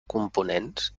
components